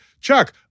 Chuck